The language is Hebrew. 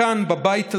מכאן, בבית הזה,